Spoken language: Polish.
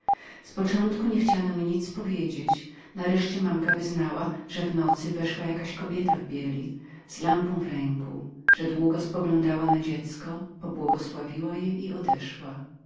z początku nie chciano mi nic powiedzieć nareszcie mamka wyznała że w nocy weszła jakaś kobieta w bieli z lampą w ręku że długo poglądała na dziecie pobłogosławiła je i odeszła